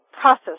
process